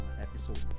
episode